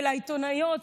לעיתונאיות,